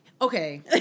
Okay